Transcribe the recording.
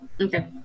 Okay